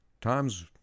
times